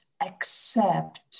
accept